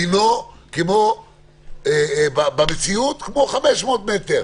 דינו במציאות כמו 500 מטר.